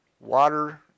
Water